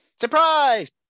Surprise